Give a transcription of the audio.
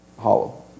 hollow